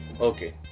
Okay